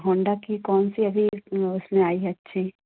Honda की कौन सी अभी उसमें आई है अच्छी